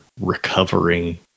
recovering